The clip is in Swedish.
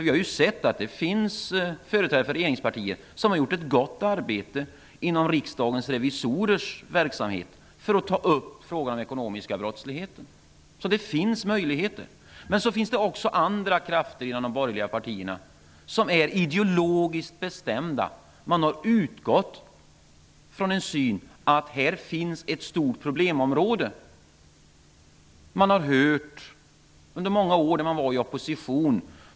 Vi har ju sett att företrädare för regeringspartier har gjort ett gott arbete inom Riksdagens revisorers verksamhet för att ta upp frågan om den ekonomiska brottsligheten. Det finns alltså möjligheter. Men det finns också andra krafter inom de borgerliga partierna som är ideologiskt bestämda. Man har utgått från synen att det finns ett stort problemområde här. Man har hört detta under många år i opposition.